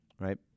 Right